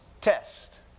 test